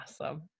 Awesome